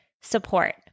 support